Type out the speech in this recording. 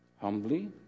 humbly